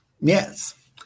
Yes